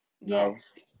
Yes